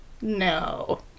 No